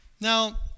now